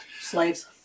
Slaves